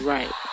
Right